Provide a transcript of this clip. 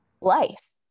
life